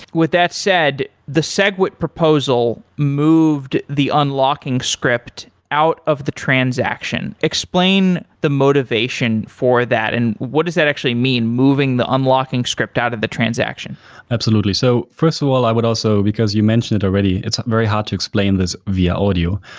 with that said, the segwit proposal moved the unlocking script out of the transaction. explain the motivation for that and what does that actually mean, moving the unlocking script out of the transaction absolutely. so first of all i would also, because you mentioned it already, it's very hard to explain this via audio,